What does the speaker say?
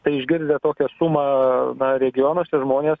tai išgirdę tokią sumą na regionuose žmonės